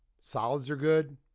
solids are good,